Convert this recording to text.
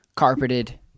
Carpeted